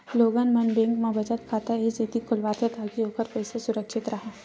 लोगन मन बेंक म बचत खाता ए सेती खोलवाथे ताकि ओखर पइसा सुरक्छित राहय